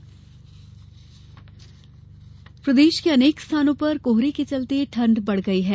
मौसम प्रदेश के अनेक स्थानों पर कोहरे के चलते ठंड बढ़ गई है